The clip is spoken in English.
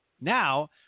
Now